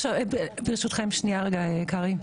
ברשותכם, קרעי.